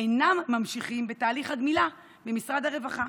אינם ממשיכים בתהליך הגמילה במשרד הרווחה.